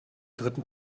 dritten